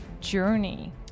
journey